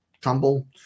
tumble